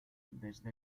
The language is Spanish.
desde